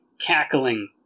Cackling